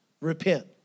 Repent